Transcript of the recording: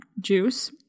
Juice